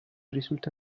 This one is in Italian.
risulta